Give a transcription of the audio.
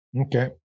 Okay